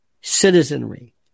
citizenry